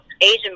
asian